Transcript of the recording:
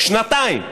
שנתיים.